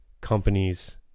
companies